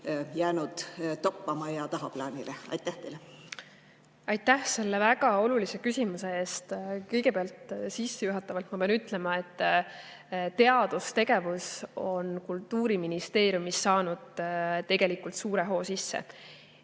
jäänud toppama ja tagaplaanile? Aitäh selle väga olulise küsimuse eest! Kõigepealt pean ma sissejuhatavalt ütlema, et teadustegevus on Kultuuriministeeriumis saanud tegelikult suure hoo sisse.